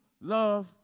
love